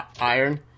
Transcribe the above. iron